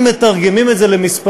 אם מתרגמים את זה למספרים,